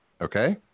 Okay